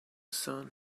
sun